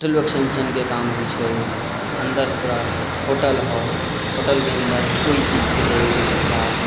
त्रिलोकसन सनके काम होइत छै ओहिमे अन्दर जे तोरा होटल हऽ होटलके अन्दर कोइ चीजके लेबयके सुविधा